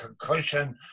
concussion